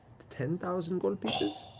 ten thousand gold pieces?